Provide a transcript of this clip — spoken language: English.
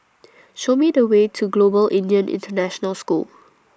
Show Me The Way to Global Indian International School